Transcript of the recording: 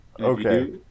okay